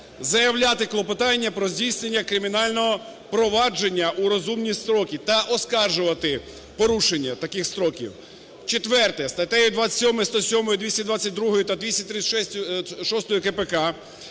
заявляти клопотання про здійснення кримінального провадження у розумні строки та оскаржувати порушення таких строків. Четверте. Статтею 27, 107, 222 та 236 КПК,